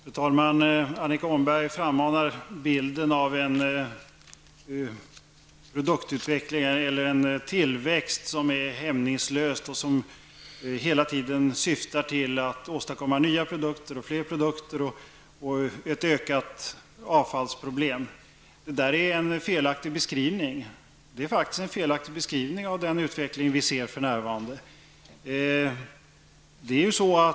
Fru talman! Annika Åhnberg frammanar bilden av en tillväxt, som är hämningslös, som hela tiden syftar till att åstadkomma nya produkter, fler produkter och som innebär ett ökat avfallsproblem. Det här är faktiskt en felaktig beskrivning av den utveckling som vi ser för närvarande.